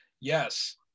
Yes